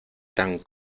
tan